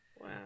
Wow